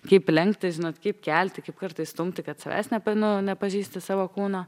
kaip lenkti žinot kaip kelti kaip kartais stumti kad savęs nepa nu nepažįsti savo kūno